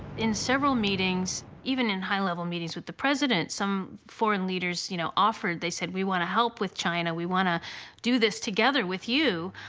in several meetings, even in high-level meetings with the president, some foreign leaders, you know, offered, they said, we want to help with china, we want to do this together with you.